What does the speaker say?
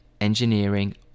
engineering